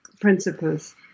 principles